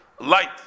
light